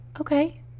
okay